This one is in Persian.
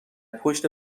پشت